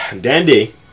Dandy